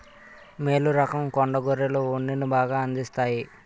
మేలు రకం కొండ గొర్రెలు ఉన్నిని బాగా అందిస్తాయి